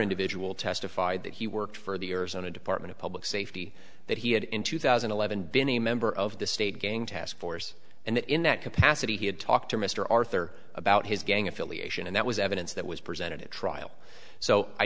individual testified that he worked for the years on the department of public safety that he had in two thousand and eleven been a member of the state gang task force and in that capacity he had talked to mr arthur about his gang affiliation and that was evidence that was presented at trial so i